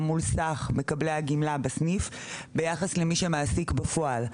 מול סך מקבלי הגמלה בסניף ביחס למי שמעסיק בפועל.